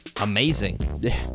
Amazing